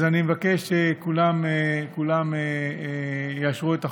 אז אני מבקש שכולם יאשרו את החוק.